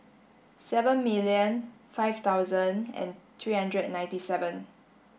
seven million five thousand and three hundred ninety seven